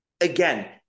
Again